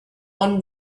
one